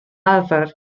arfer